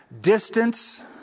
distance